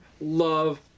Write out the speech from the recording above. love